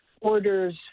orders